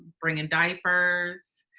bringing diapers.